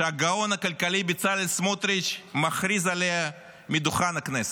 שהגאון הכלכלי בצלאל סמוטריץ' מכריז עליה מדוכן הכנסת?